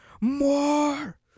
More